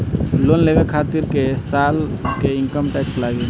Loan लेवे खातिर कै साल के इनकम टैक्स लागी?